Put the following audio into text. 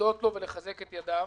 להודות לו ולחזק את ידיו.